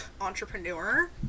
Entrepreneur